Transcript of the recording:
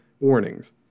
warnings